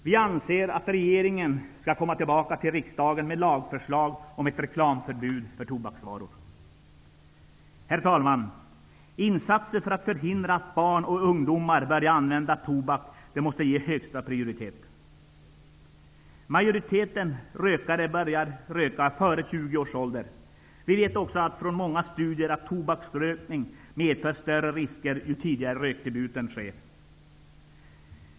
Vi anser att regeringen skall återkomma till riksdagen med ett lagförslag om ett reklamförbud för tobaksvaror. Herr talman! Insatser för att förhindra att barn och ungdomar börjar använda tobak måste ges högsta prioritet. Majoriteten av rökarna börjar röka före 20 års ålder. Vi vet också från många studier att tobaksrökning medför större risker ju tidigare rökdebuten sker.